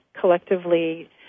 collectively